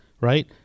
right